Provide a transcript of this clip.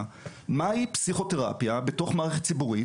מהי פסיכותרפיה בתוך מערכת ציבורית,